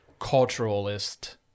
culturalist